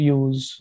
use